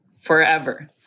forever